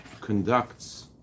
conducts